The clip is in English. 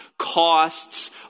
Costs